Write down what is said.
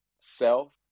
self